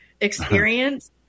experience